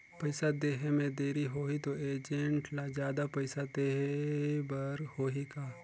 पइसा देहे मे देरी होही तो एजेंट ला जादा पइसा देही बर होही का?